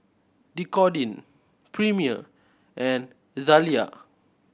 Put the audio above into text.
Dequadin Premier and Zalia